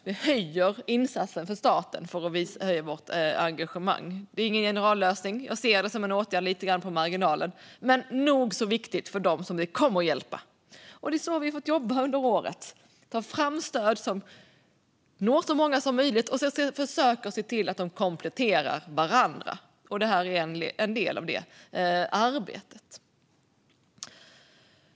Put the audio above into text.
Vi höjer insatsen från staten för att visa vårt engagemang. Det är inte någon generallösning. Jag ser det som en åtgärd lite grann på marginalen. Men det är nog så viktigt för dem som det kommer att hjälpa. Det är så vi har fått jobba under året. Vi har fått ta fram stöd som når så många som möjligt och försöker se till att de kompletterar varandra. Detta är en del av det arbetet.